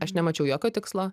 aš nemačiau jokio tikslo